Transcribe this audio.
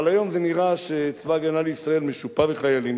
אבל היום זה נראה שצבא-הגנה לישראל משופע בחיילים,